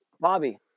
Bobby